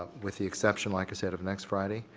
ah with the exception like i said of next friday.